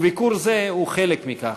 וביקור זה הוא חלק מכך.